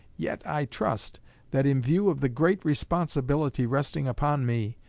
yet i trust that in view of the great responsibility resting upon me,